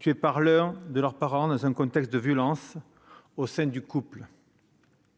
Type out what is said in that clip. tués par l'un de leurs parents dans un contexte de violence au sein du couple.